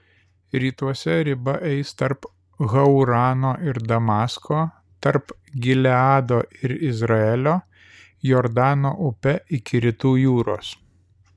rytuose riba eis tarp haurano ir damasko tarp gileado ir izraelio jordano upe iki rytų jūros